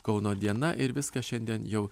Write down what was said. kauno diena ir viskas šiandien jau